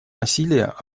насилия